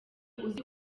uzi